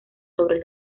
sobre